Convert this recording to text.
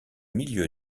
milieu